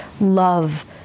love